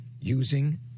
using